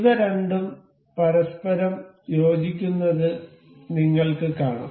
ഇവ രണ്ടും പരസ്പരം യോജിക്കുന്നത് നിങ്ങൾക്ക് കാണാം